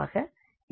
ஆக இருக்கிறது